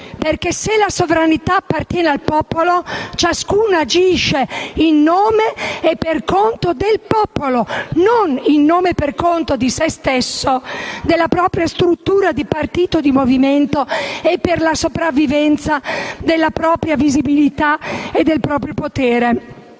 se la sovranità appartiene al popolo, ciascuno agisce in nome e per conto del popolo, non in nome e per conto di sé stesso, della propria struttura di partito o di movimento e per la sopravvivenza della propria visibilità e del proprio potere.